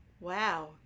wow